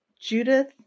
Judith